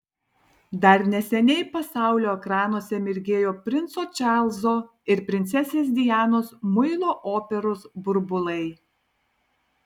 dar neseniai pasaulio ekranuose mirgėjo princo čarlzo ir princesės dianos muilo operos burbulai